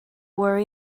worry